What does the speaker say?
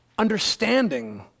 understanding